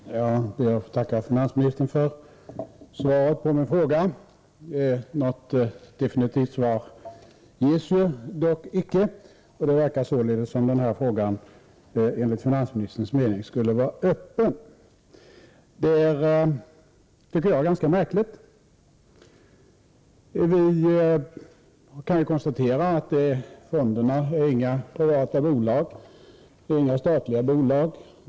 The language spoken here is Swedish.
Herr talman! Jag ber att få tacka finansministern för svaret på min fråga. Något definitivt svar ges dock inte, och det verkar således som om den här frågan enligt finansministerns mening skulle vara öppen. Det tycker jag är ganska märkligt. Vi kan konstatera att fonderna inte är några privata bolag. De är inte statliga bolag.